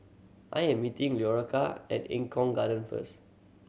I am meeting Leora at Eng Kong Garden first